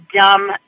dumb